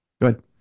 good